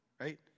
Right